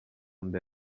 nda